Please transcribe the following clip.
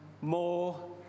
more